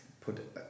put